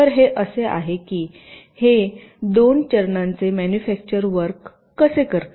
तर हे असे आहे की हे दोन चरणांचे मनुफॅक्चर वर्क कसे करते